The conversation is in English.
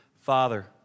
Father